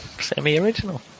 semi-original